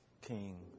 King